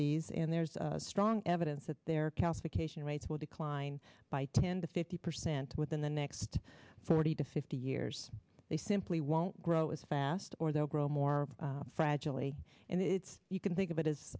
these and there's strong evidence that their calcification rates will decline by ten to fifty percent within the next forty to fifty years they simply won't grow as fast or they'll grow more fragile e and it's you can think of it as